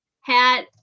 hat